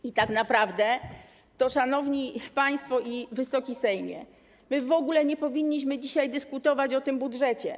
I tak naprawdę to, szanowni państwo i Wysoki Sejmie, my w ogóle nie powinniśmy dzisiaj dyskutować o tym budżecie.